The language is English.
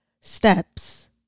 steps